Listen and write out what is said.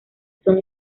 son